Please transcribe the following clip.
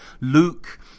Luke